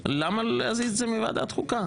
למה להזיז את זה מוועדת החוקה?